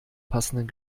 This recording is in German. passenden